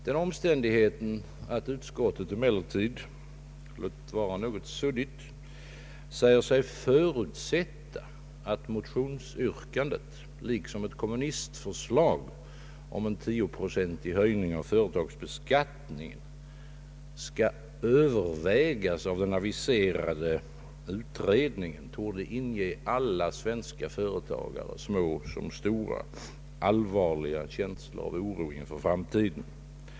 Den omständigheten att utskottet emellertid — låt vara något suddigt — säger sig förutsätta att motionsyrkandet, liksom ett kommunistförslag om 10-procentig höjning av företagsbeskattningen, skall övervägas av den aviserade utredningen, torde inge alla svenska företagare, stora som små, allvarliga känslor av oro inför framtiden.